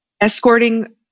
escorting